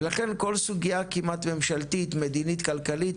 ולכן כל סוגיה כמעט, ממשלתית, מדינית כלכלית,